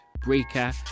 Breaker